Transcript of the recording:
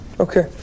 Okay